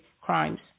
crimes